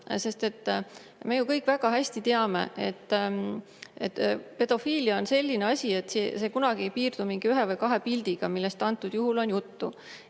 Me ju kõik väga hästi teame, et pedofiilia on selline asi, et see kunagi ei piirdu ühe või kahe pildiga, millest antud juhul on juttu.